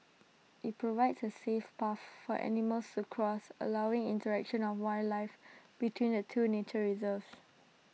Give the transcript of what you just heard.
IT provides A safe path for animals to cross allowing interaction of wildlife between the two nature reserves